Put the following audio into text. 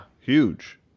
huge